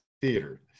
theater